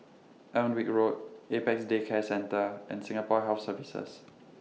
Alnwick Road Apex Day Care Centre and Singapore Health Services